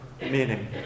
meaning